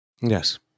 Yes